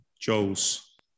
Joel's